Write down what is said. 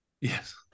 Yes